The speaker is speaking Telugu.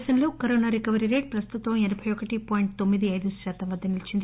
దేశంలో రికవరీ రేటు ప్రస్తుతం ఎనబై ఒకటి పాయింట్ తొమ్మిదిఅయిదు శాతం వద్గ నిలిచింది